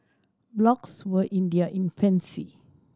blogs were in their infancy